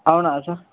అవునా సార్